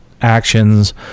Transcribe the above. actions